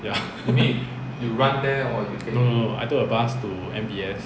ya no no no I took a bus to M_B_S